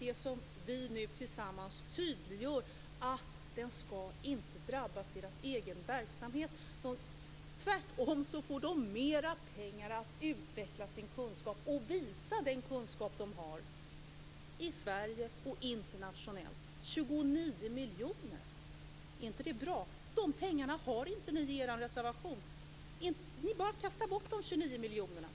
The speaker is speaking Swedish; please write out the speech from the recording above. Det som vi nu tillsammans tydliggör är att deras egen verksamhet inte skall drabbas. Tvärtom får de mer pengar för att utveckla sin kunskap och visa den kunskap de har, i Sverige och internationellt. 29 miljoner! Är inte det bra? Dessa pengar har inte ni i er reservation. Ni bara kastar bort de 29 miljonerna.